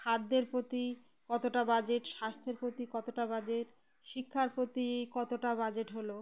খাদ্যের প্রতি কতটা বাজেট স্বাস্থ্যের প্রতি কতটা বাজেট শিক্ষার প্রতি কতটা বাজেট হলো